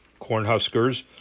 Cornhuskers